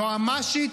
יועמ"שית,